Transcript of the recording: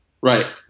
right